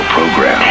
Program